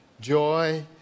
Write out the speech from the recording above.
joy